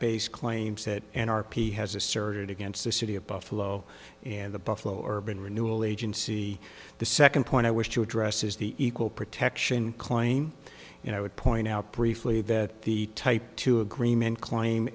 based claims that an r p has asserted against the city of buffalo and the buffalo urban renewal agency the second point i wish to address is the equal protection claim you know would point out briefly that the type two agreement claim